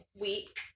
week